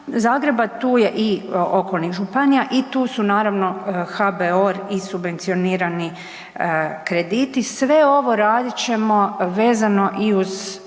Zagreba, tu je i okolnih županija i tu su naravno HBOR i subvencionirani krediti. Sve ovo radit ćemo vezano i uz